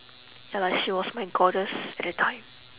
ya lah she was my goddess at that time